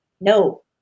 no